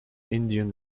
indian